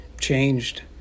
changed